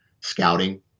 scouting